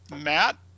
matt